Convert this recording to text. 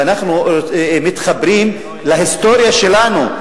ואנחנו מתחברים להיסטוריה שלנו.